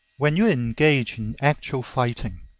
when you engage in actual fighting,